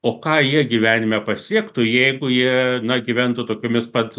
o ką jie gyvenime pasiektų jeigu jie na gyventų tokiomis pat